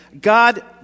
God